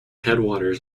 headwaters